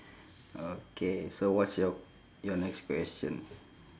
okay so what's your your next question